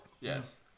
Yes